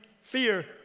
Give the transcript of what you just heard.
fear